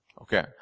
Okay